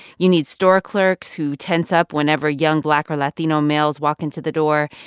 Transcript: you need store clerks who tense up whenever young black or latino males walk into the door.